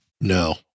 No